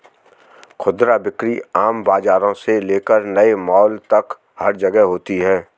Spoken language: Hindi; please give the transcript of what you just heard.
खुदरा बिक्री आम बाजारों से लेकर नए मॉल तक हर जगह होती है